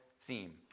theme